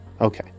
Okay